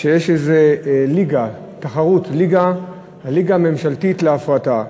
שיש איזו תחרות ליגה ממשלתית להפרטה.